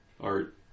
art